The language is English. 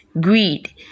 Greed